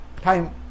time